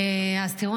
אז תראו,